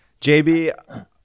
jb